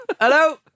hello